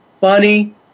funny